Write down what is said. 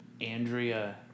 Andrea